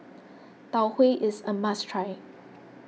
Tau Huay is a must try